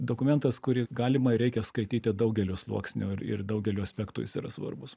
dokumentas kurį galima ir reikia skaityti daugeliu sluoksnių ir ir daugeliu aspektų jis yra svarbus